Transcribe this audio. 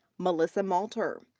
melissa malter.